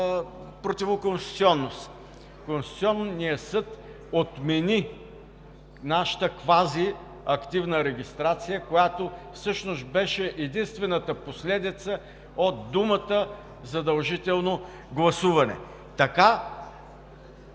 противоконституционност. Конституционният съд отмени нашата квазиактивна регистрация, която всъщност беше единствената последица от думата „задължително гласуване“.